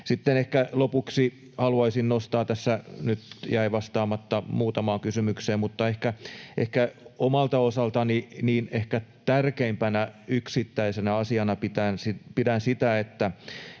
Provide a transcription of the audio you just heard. lopuksi haluaisin nostaa — tässä nyt jäi vastaamatta muutamaan kysymykseen — että ehkä omalta osaltani tärkeimpänä yksittäisenä asiana pidän sitä,